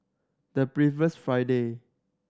the previous Friday